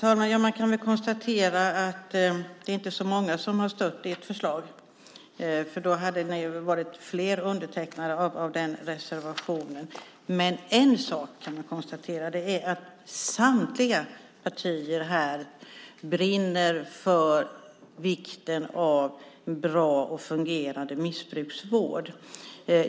Fru talman! Man kan väl konstatera att det inte är så många som har stött ert förslag. I så fall hade väl fler stått bakom den reservationen. En sak man dock också kan konstatera är att samtliga partier här brinner för en bra och fungerande missbrukarvård.